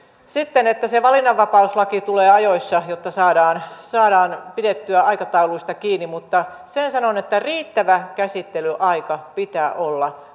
sitten että se valinnanvapauslaki tulee ajoissa jotta saadaan saadaan pidettyä aikatauluista kiinni mutta sen sanon että riittävä käsittelyaika pitää olla